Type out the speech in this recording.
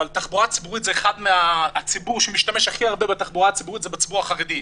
אבל הציבור שמשתמש הכי הרבה בתחבורה הציבורית זה הציבור החרדי.